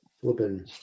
flipping